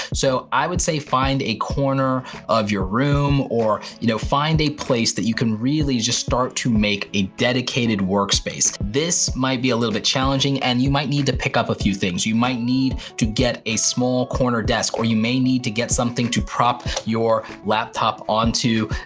so, i would say, find a corner of your room or, you know, find a place that you can really just start to make a dedicated work space. this might be a little bit challenging and you might need to pick up a few things. you might need to get a small corner desk, or you may need to get something to prop your laptop onto.